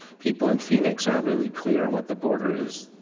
people in phoenix aren't really clear on what the border is.